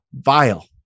vile